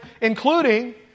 including